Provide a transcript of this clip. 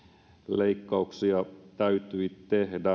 leikkauksia täytyi tehdä